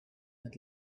had